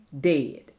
dead